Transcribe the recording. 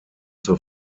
zur